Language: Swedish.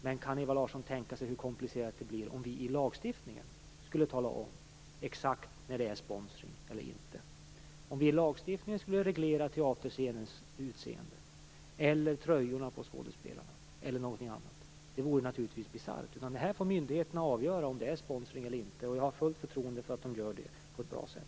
Men kan Ewa Larsson tänka sig hur komplicerat det blir om vi i lagstiftningen skulle tala om exakt när det är sponsring eller inte? Hur skulle det bli om vi i lagstiftningen reglerade teaterscenens utseende, tröjorna på skådespelarna och annat? Det vore naturligtvis bisarrt. Myndigheterna får här avgöra om det är sponsring eller inte. Jag har fullt förtroende för att de gör det på ett bra sätt.